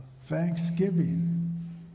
Thanksgiving